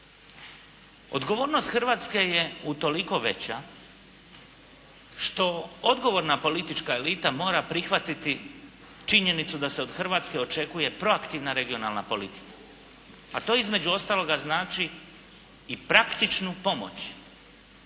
Odgovornost Hrvatske je utoliko veća što odgovorna politička elita mora prihvatiti činjenicu da se od Hrvatske očekuje proaktivna regionalna politika. A to između ostaloga znači i praktičnu pomoć